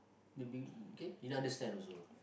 maybe okay you understand also